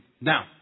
Now